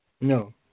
No